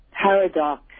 Paradox